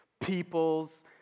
peoples